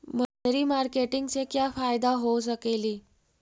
मनरी मारकेटिग से क्या फायदा हो सकेली?